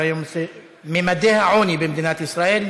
ממדי העוני במדינת ישראל,